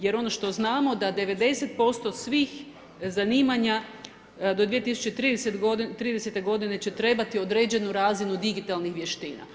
Jer ono što znamo da 90% svih zanimanja do 2030. godine će trebati određenu razinu digitalnih vještina.